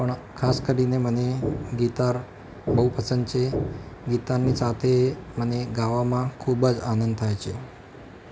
પણ ખાસ કરીને મને ગીતાર બહુ પસંદ છે ગીટારની સાથે મને ગાવામાં ખૂબ જ આનંદ થાય છે